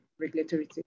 regulatory